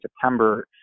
September